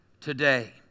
today